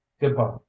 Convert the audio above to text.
Goodbye